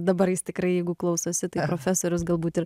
dabar jis tikrai jeigu klausosi tai profesorius galbūt ir